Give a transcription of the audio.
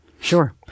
Sure